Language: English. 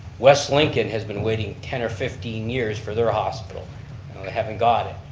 west lincoln has been waiting ten or fifteen years for their hospital. and they haven't got it.